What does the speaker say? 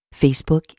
Facebook